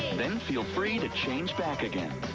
then feel free to change back again.